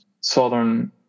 Southern